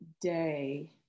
day